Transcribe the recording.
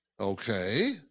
Okay